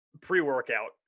pre-workout